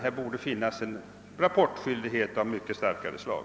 Här borde finnas en rapportskyldighet av starkare slag.